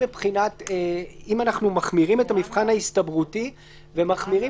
אם אנחנו מחמירים את המבחן ההסתברותי ומחמירים